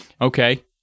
Okay